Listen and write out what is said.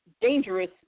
dangerous